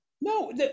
No